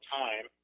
time